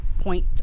point